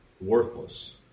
worthless